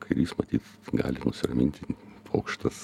kairys matyt gali nusiraminti pokštas